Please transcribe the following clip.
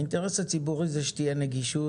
האינטרס הציבורי זה שתהיה נגישות,